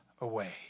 away